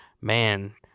man –